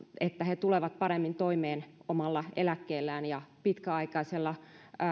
että he tulevat paremmin toimeen omalla eläkkeellään ja pitkäaikaisella